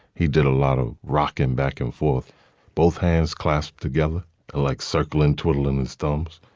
he did a lot of rocking back and forth both hands clasped together like circle into a line and storms.